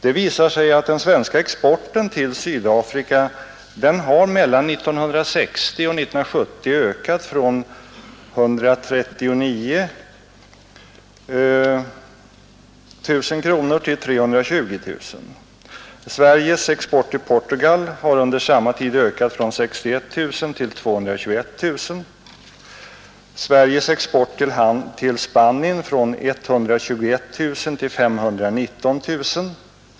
Det visar sig att värdet av den svenska exporten till Sydafrika mellan 1960 och 1970 har ökat från 139 000 kronor till 320 000. Sveriges export till Portugal har under samma tid ökat från 61 000 kronor till 221 000 och Sveriges export till Spanien från 121 000 kronor till 519 000.